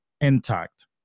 intact